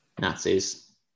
Nazis